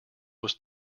was